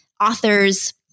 authors